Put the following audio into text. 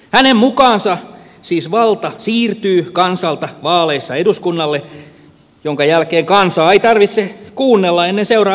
hänen mukaansa siis valta siirtyy kansalta vaaleissa eduskunnalle minkä jälkeen kansaa ei tarvitse kuunnella ennen seuraavia vaaleja